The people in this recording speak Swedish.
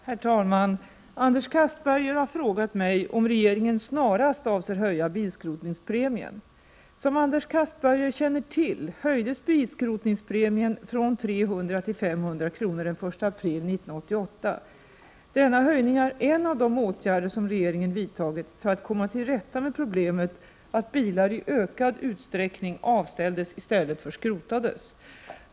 Herr talman! Anders Castberger har frågat mig om regeringen snarast avser höja bilskrotningspremien. Som Anders Castberger känner till höjdes bilskrotningspremien från 300 till 500 kr. den 1 april 1988. Denna höjning är en av de åtgärder som regeringen vidtagit för att komma till rätta med problemet att bilar i ökad utsträckning avställdes i stället för skrotades.